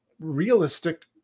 realistic